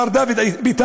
מר דוד ביטן,